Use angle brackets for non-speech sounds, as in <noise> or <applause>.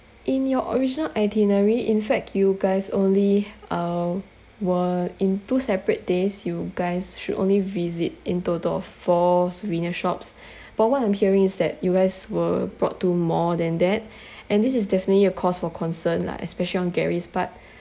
in your original itinerary in fact you guys only uh were in two separate days you guys should only visit in total of four souvenir shops <breath> but what I'm hearing is that you guys were brought to more than that <breath> and this is definitely a cause for concern lah especially on gary's part